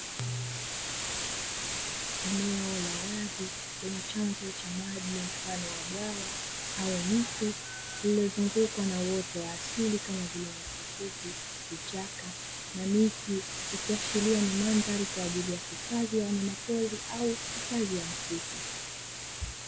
Eneo la wazi lenye chanzo cha maji mfano wa bwawa au mto lililozungukwa na uoto wa asili kama vile nyasi fupi, vichaka na miti ikiashiria ni mandhari kwaajili ya hifadhi ya wanyama pori au hifadhi ya msitu.